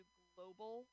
global